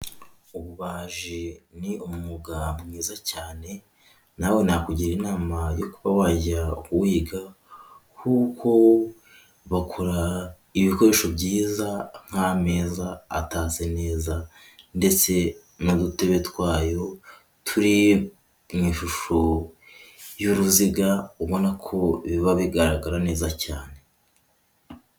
Ububaji ni umwuga mwiza cyane, nawe nakugira inama yo kuba wajya uwiga kuko bakora ibikoresho byiza nk'ameza atatse neza ndetse n'udutebe twayo turi mu ishusho y'uruziga, ubona ko biba bigaragara neza cyane.